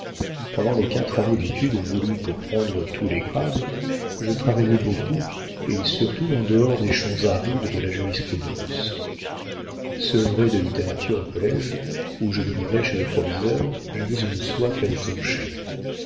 pendant les quatre années d'études voulues pour prendre tous les grades je travaillai beaucoup et surtout en dehors des champs arides de la jurisprudence sevré de littérature au collége où je demeurais chez le proviseur j'avais une soif à étancher